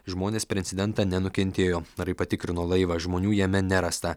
žmonės per incidentą nenukentėjo narai patikrino laivą žmonių jame nerasta